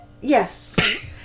yes